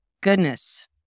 Goodness